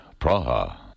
Praha